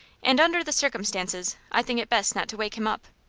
and, under the circumstances, i think it best not to wake him up.